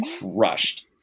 crushed